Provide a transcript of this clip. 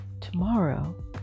Tomorrow